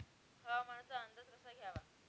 हवामानाचा अंदाज कसा घ्यावा?